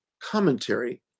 commentary